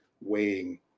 weighing